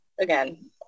again